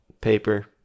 paper